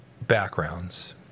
backgrounds